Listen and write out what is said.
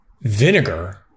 vinegar